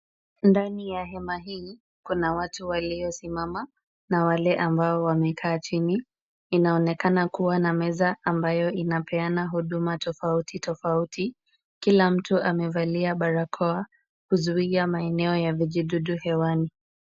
Ndani ya hema hili kuna watu waliosimama na wale ambao wamekaa chini, inaonekana kuwa na meza ambayo inapeana huduma tofauti tofauti. Kila mtu amevalia barakoa kuzuia maeneo ya vijidudu hewani.